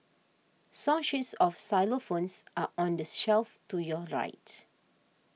song sheets of xylophones are on the shelf to your right